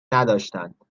نداشتند